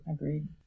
Agreed